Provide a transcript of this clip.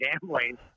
gambling